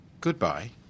Goodbye